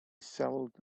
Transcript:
settled